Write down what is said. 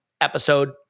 episode